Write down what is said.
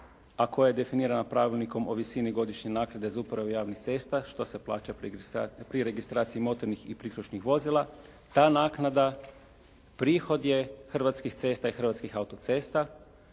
a koja je definirana pravilnikom o visini godišnje naknade za uporabu javnih cesta što se plaća pri registraciji motornih i priključnih vozila, ta naknada prihod je Hrvatskih cesta i Hrvatskih autocesta